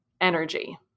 energy